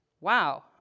wow